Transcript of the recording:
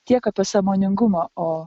tiek apie sąmoningumą o